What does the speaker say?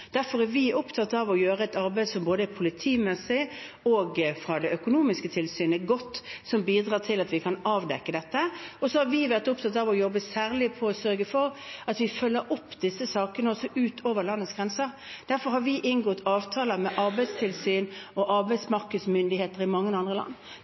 Derfor er vi opptatt av å gjøre et arbeid som både politimessig og fra det økonomiske tilsynet er godt, og som bidrar til at vi kan avdekke dette. Og vi har vært særlig opptatt av å jobbe med å sørge for at vi følger opp disse sakene, også utover landets grenser. Derfor har vi inngått avtaler med arbeidstilsyn og arbeidsmarkedsmyndigheter i mange andre land.